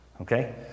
Okay